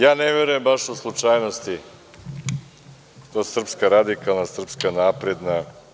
Ja ne verujem baš u slučajnosti, to Srpska radikalna, Srpska napredna…